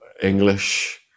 English